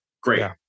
Great